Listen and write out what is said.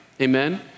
Amen